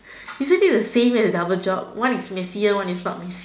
isn't it the same as double job one is messier one is not messy